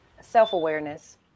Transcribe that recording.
self-awareness